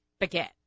baguette